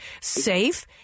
safe